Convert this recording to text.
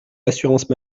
l’assurance